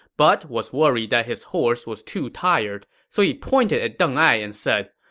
but was worried that his horse was too tired, so he pointed at deng ai and said,